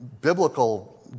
biblical